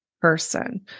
person